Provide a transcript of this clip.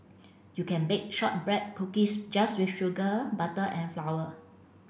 you can bake shortbread cookies just with sugar butter and flour